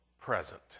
present